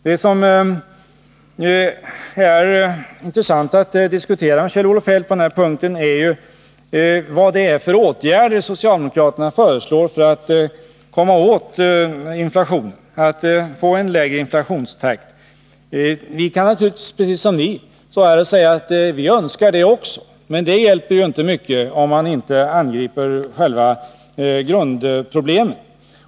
Det som nu är intressant att diskutera med Kjell-Olof Feldt på den här punkten är vad det är för åtgärder socialdemokraterna föreslår för att komma åt inflationen, för att få en lägre inflationstakt. Vi kan naturligtvis precis som ni säga att vi önskar en lägre inflation, men det hjälper inte mycket om vi inte angriper själva grundproblemen.